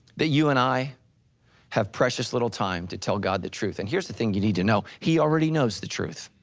that you and i have precious little time to tell god the truth and here's the thing you need to know, he already knows the truth.